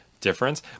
difference